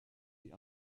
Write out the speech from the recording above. die